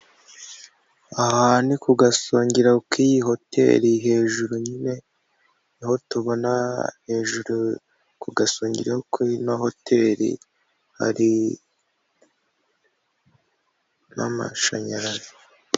Aha ni ku gasongero k'iyi hoteri hejuru nyine niho tubona, hejuru ku gasongero kuri ino hoteri hari n'amashanyarazi.